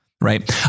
Right